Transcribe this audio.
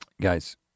guys